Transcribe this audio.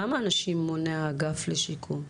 כמה אנשים מונה האגף לשיקום?